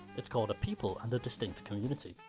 it's called a people and a distinct community.